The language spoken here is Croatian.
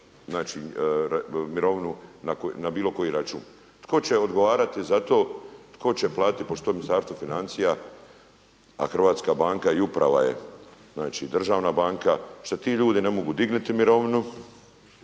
znači mirovinu na bilo koji račun. Tko će odgovarati za to? Tko će to platiti pošto je to Ministarstvo financija a Hrvatska banka i uprava je, znači državna banka. Što sad ti ljudi ne mogu dignuti mirovinu,